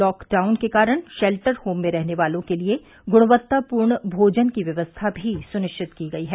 lockdown के कारण shelter home में रहने वालों के लिये गुणवत्तापूर्ण भोजन की व्यवस्था भी सुनिश्चित की गई है